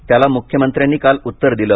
त्याला मुख्यमंत्र्यांनी काल उत्तर दिलं